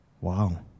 Wow